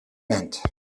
meant